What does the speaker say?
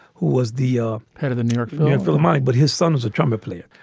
who was the ah head of the new york philharmonic, but his son was a trumpet player.